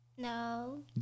No